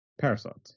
Parasites